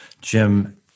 Jim